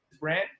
brand